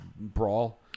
brawl